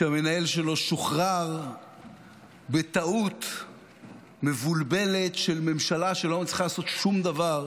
שמנהל שלו שוחרר בטעות מבולבלת של ממשלה שלא מצליחה לעשות שום דבר,